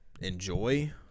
Enjoy